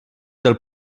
del